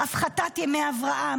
הפחתת ימי הבראה,